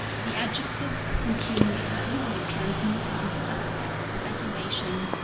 the adjectives of contumely are easily transmuted into epithets of adulation,